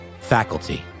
faculty